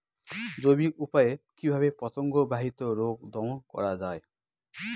জৈবিক উপায়ে কিভাবে পতঙ্গ বাহিত রোগ দমন করা যায়?